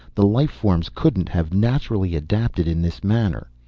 the life forms couldn't have naturally adapted in this manner.